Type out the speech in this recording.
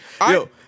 yo